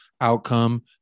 outcome